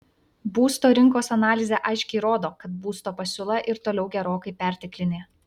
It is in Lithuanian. būsto rinkos analizė aiškiai rodo kad būsto pasiūla ir toliau gerokai perteklinė